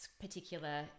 particular